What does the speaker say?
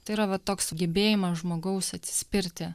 tai yra va toks sugebėjimas žmogaus atsispirti